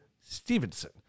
Stevenson